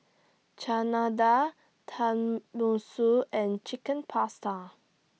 Chana Dal Tenmusu and Chicken Pasta